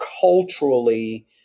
culturally